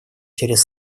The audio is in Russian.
через